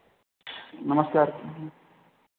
नमस्कार